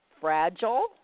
fragile